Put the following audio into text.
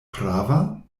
prava